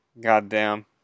Goddamn